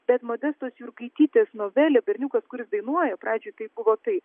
bet modestos jurgaitytės novelė berniukas kuris dainuoja pradžioj tai buvo tai